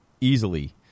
easily